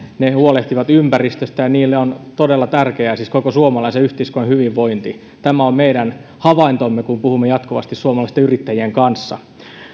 ne huolehtivat ympäristöstä ja niille on siis todella tärkeää koko suomalaisen yhteiskunnan hyvinvointi tämä on meidän havaintomme kun puhumme jatkuvasti suomalaisten yrittäjien kanssa